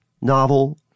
novel